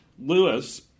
Lewis